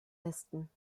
westen